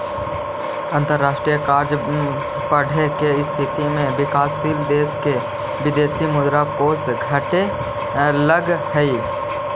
अंतरराष्ट्रीय कर्ज बढ़े के स्थिति में विकासशील देश के विदेशी मुद्रा कोष घटे लगऽ हई